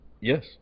Yes